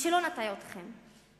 שלא נטעה אתכם,